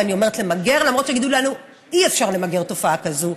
ואני אומרת למגרף למרות שיגידו לנו שאי-אפשר למגר תופעה כזאת.